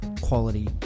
quality